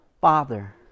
Father